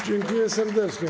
Dziękuję serdecznie.